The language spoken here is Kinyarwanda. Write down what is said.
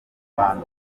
bantu